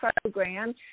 program